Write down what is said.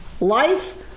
life